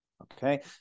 Okay